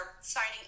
signing